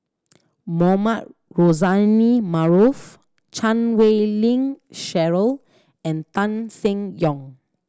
Mohamed Rozani Maarof Chan Wei Ling Cheryl and Tan Seng Yong